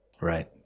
Right